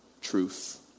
truth